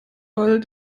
ball